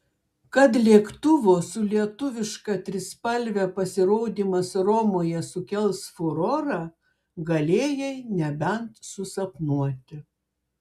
kad lėktuvo su lietuviška trispalve pasirodymas romoje sukels furorą galėjai nebent susapnuoti